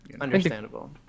Understandable